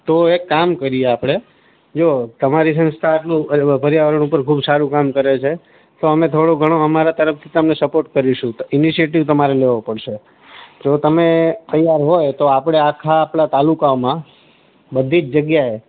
તો એક કામ કરીએ આપણે જો તમારી સંસ્થા આટલું અર પર્યાવરણ પર ખૂબ સારું કામ કરે છે તો અમે થોડું ઘણું અમારા તરફથી તમને સપોર્ટ કરીશું ત ઇનિશિયેટિવ તમારે લેવો પડશે તો તમે તૈયાર હોય તો આપણે આખા તાલુકાઓમાં બધી જ જગ્યાએ